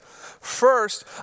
First